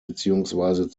beziehungsweise